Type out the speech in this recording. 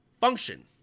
function